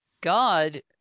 God